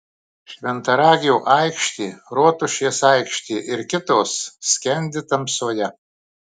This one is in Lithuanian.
šventaragio aikštė rotušės aikštė ir kitos skendi tamsoje